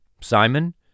Simon